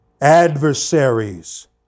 adversaries